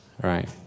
right